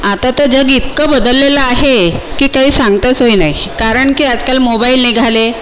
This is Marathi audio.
आता तर जग इतकं बदललेलं आहे की काही सांगता सोय नाही कारण की आजकाल मोबाईल निघाले